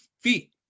feet